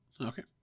Okay